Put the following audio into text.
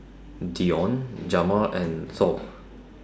Dionne Jamal and Thor